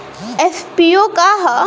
FPO का ह?